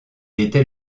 était